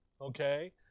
Okay